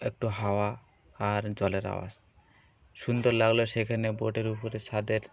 একটু হাওয়া আর জলের আওয়াজ সুন্দর লাগলো সেখানে বোটের উপরে ছাদের